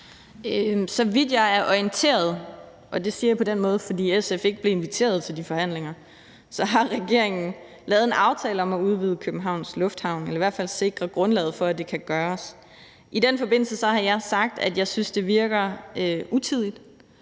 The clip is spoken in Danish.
Så vidt jeg er orienteret – og det siger jeg på den måde, fordi SF ikke blev inviteret til de forhandlinger – har regeringen lavet en aftale om at udvide Københavns Lufthavn eller i hvert fald sikre grundlaget for, at det kan gøres. I den forbindelse har jeg sagt, at jeg synes, det virker utidigt,